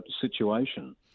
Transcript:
situation